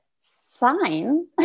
sign